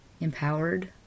empowered